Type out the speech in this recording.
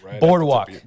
boardwalk